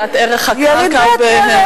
ירידת ערך הקרקע, ירידת ערך.